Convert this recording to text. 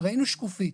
ראינו שקופית,